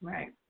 Right